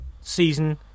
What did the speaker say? season